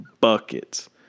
buckets